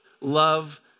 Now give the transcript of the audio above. love